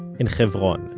in hebron, and